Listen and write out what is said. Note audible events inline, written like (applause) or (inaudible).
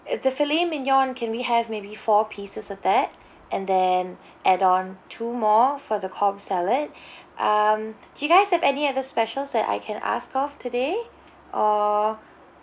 if the filet mignon can we have maybe four pieces of that (breath) and then (breath) add on two more for the cobb salad (breath) um do you guys have any other specials that I can ask of today or (breath)